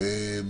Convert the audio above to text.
בשם